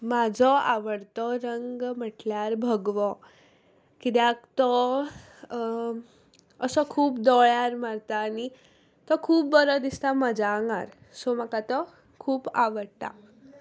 म्हाजो आवडतो रंग म्हटल्यार भगवो किद्याक तो असो खूब दोळ्यार मारता आनी तो खूब बरो दिसता म्हज्या आंगार सो म्हाका तो खूब आवडटा